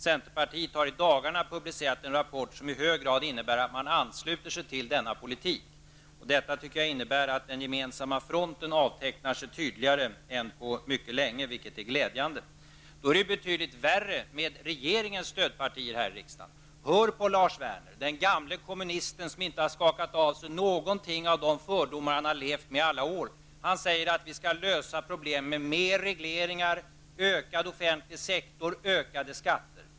Centerpartiet har i dagarna publicerat en rapport som i hög grad innebär att man ansluter sig till denna politik. Detta tycker jag innebär att den gemensamma fronten avtecknar sig tydligare än på mycket länge, vilket är glädjande. Då är det betydligt värre med regeringens stödpartier i riksdagen. Hör på Lars Werner, den gamle kommunisten, som inte har skakat av sig någon av de fördomar han har levt med i alla år. Han säger att vi skall lösa problemen med mer regleringar, ökad offentlig sektor och ökade skatter.